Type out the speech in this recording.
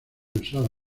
usada